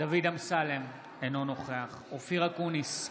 דוד אמסלם, אינו נוכח אופיר אקוניס,